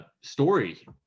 story